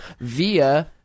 via